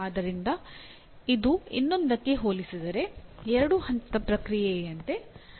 ಆದ್ದರಿಂದ ಇದು ಇನ್ನೊಂದಕ್ಕೆ ಹೋಲಿಸಿದರೆ ಎರಡು ಹಂತದ ಪ್ರಕ್ರಿಯೆಯಂತೆ ಕಾಣುತ್ತದೆ